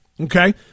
Okay